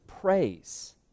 Praise